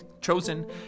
chosen